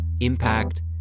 impact